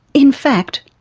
in fact,